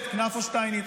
מי עוד הצטרף אליהם?